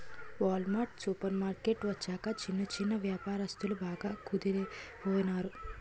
wall mart supermarket వచ్చాక చిన్న చిన్నా వ్యాపారస్తులందరు బాగా కుదేలయిపోనారు